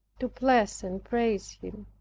to bless and praise him.